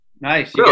Nice